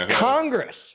Congress